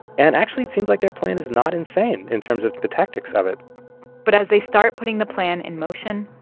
and actually it seems like their plan is not insane in terms of the tactics of it but as they start putting the plan in motion,